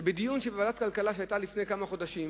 שבדיון בוועדת הכלכלה שהיה לפני כמה חודשים,